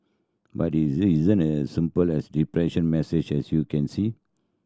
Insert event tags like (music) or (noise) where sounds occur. but it (unintelligible) isn't as simple as (unintelligible) message as you can see